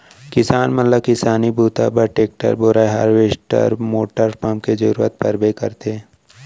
किसान मन ल किसानी बूता बर टेक्टर, बोरए हारवेस्टर मोटर पंप के जरूरत परबे करथे